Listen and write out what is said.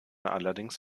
allerdings